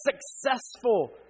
successful